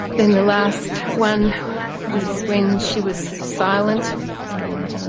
then the last one was when she was silent and